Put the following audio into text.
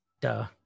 duh